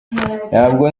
ntabwo